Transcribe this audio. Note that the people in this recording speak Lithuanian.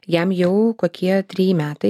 jam jau kokie treji metai